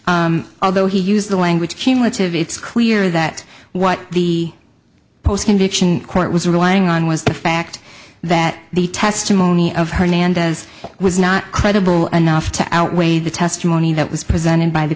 however although he used the language cumulative it's clear that what the post conviction court was relying on was the fact that the testimony of hernandez was not credible enough to outweigh the testimony that was presented by the